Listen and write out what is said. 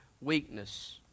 weakness